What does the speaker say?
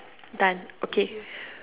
done okay